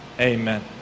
Amen